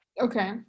Okay